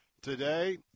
Today